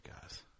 guys